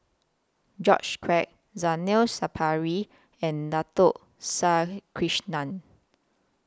George Quek Zainal Sapari and Dato Sri Krishna